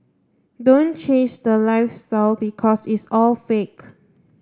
don't chase the lifestyle because it's all fake